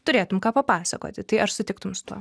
turėtum ką papasakoti tai ar sutiktum su tuo